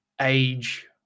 age